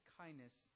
kindness